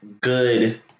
good